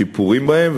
שיפורים בהם,